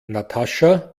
natascha